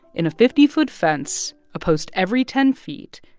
in a fifty foot fence, a post every ten feet,